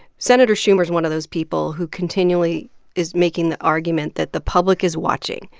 senator schumer's one of those people who continually is making the argument that the public is watching.